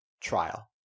trial